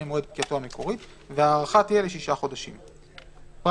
מועד פקיעתו המקורי שישה חודשים (7)